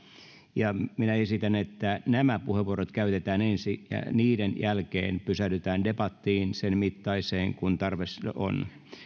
minä esitän että nämä puheenvuorot käytetään ensin ja niiden jälkeen pysähdytään debattiin sen mittaiseen kuin tarve sille on